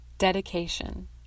Dedication